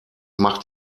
macht